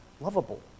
lovable